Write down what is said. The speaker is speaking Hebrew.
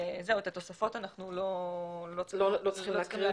את התוספות אנחנו לא צריכים להקריא.